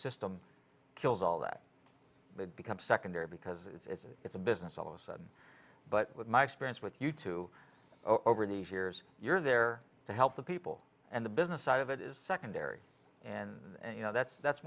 system kills all that becomes secondary because it's a business all of a sudden but with my experience with you too over the years you're there to help the people and the business side of it is secondary and you know that's that's